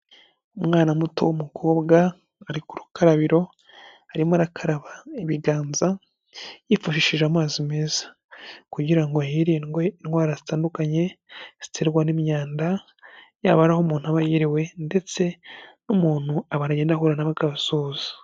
Umwana muto w'umukobwa ari ku rukarabiro, arimo arakaraba ibiganza yifashishije amazi meza, kugira ngo hirindwe indwara zitandukanye ziterwa n'imyanda yaba ari aho umuntu aba yiriwe ndetse n'umuntu abantu agenda ahura nabo akabasuhuza.